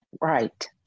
Right